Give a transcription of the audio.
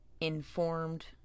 informed